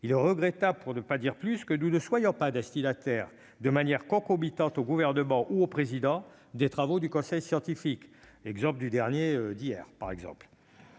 Il est regrettable, pour ne pas dire plus, que nous ne soyons pas destinataires de manière concomitante au Gouvernement ou au Président de la République des travaux du Conseil scientifique. Je pense par exemple